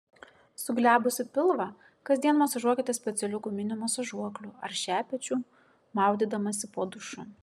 suglebusį pilvą kasdien masažuokite specialiu guminiu masažuokliu ar šepečiu maudydamasi po dušu